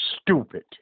stupid